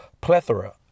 plethora